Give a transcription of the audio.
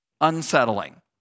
unsettling